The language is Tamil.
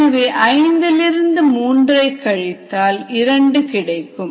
எனவே 5 லிருந்து மூன்றை கழித்தால் 2 கிடைக்கும்